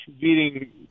beating